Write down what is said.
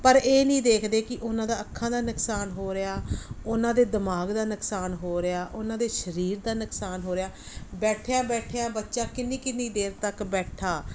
ਪਰ ਇਹ ਨਹੀਂ ਦੇਖਦੇ ਕਿ ਉਹਨਾਂ ਦਾ ਅੱਖਾਂ ਦਾ ਨੁਕਸਾਨ ਹੋ ਰਿਹਾ ਉਹਨਾਂ ਦੇ ਦਿਮਾਗ ਦਾ ਨੁਕਸਾਨ ਹੋ ਰਿਹਾ ਉਹਨਾਂ ਦੇ ਸਰੀਰ ਦਾ ਨੁਕਸਾਨ ਹੋ ਰਿਹਾ ਬੈਠਿਆਂ ਬੈਠਿਆਂ ਬੱਚਾ ਕਿੰਨੀ ਕਿੰਨੀ ਦੇਰ ਤੱਕ ਬੈਠਾ